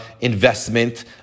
investment